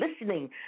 listening